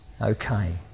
Okay